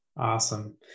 Awesome